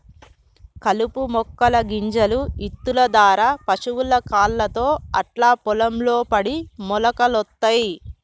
కలుపు మొక్కల గింజలు ఇత్తుల దారా పశువుల కాళ్లతో అట్లా పొలం లో పడి మొలకలొత్తయ్